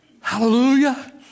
Hallelujah